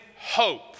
hope